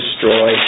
destroy